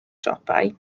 siopau